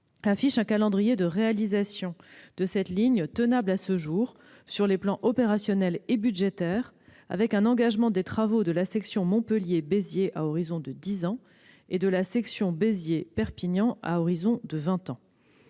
affiche un calendrier de réalisation de cette ligne tenable à ce jour, sur les plans opérationnel et budgétaire, avec un engagement des travaux de la section Montpellier-Béziers à un horizon de dix ans et de vingt ans pour la section Béziers-Perpignan. Sur le volet